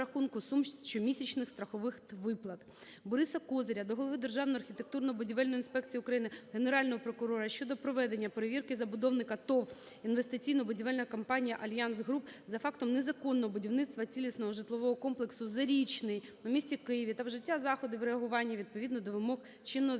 Бориса Козиря до голови Державної архітектурно-будівельної інспекції України, Генерального прокурора щодо проведення перевірки забудовника ТОВ "Інвестиційно-будівельна компанія "Альянс-Груп" за фактом незаконного будівництва цілісного житлового комплексу "Зарічний" у місті Києві, та вжиття заходів реагування відповідно до вимог чинного